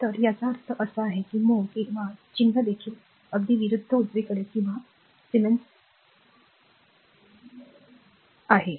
तर याचा अर्थ असा आहे की mho किंवा चिन्ह देखील अगदी अगदी उजवीकडे किंवा सिमेंस आहे